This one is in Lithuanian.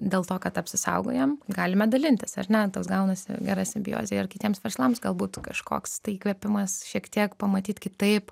dėl to kad apsisaugojam galime dalintis ar ne toks gaunasi gera simbiozė ir kitiems verslams galbūt kažkoks tai įkvėpimas šiek tiek pamatyt kitaip